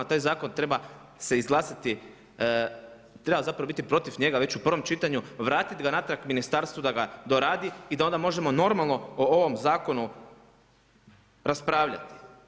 Taj zakon treba se izglasati, treba zapravo biti protiv njega već u prvom čitanju, vratit ga natrag ministarstvu da ga doradi i da onda možemo normalno o ovom zakonu raspravljati.